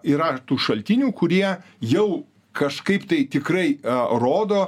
yra tų šaltinių kurie jau kažkaip tai tikrai rodo